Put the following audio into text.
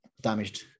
damaged